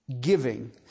Giving